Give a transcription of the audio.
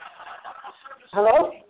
Hello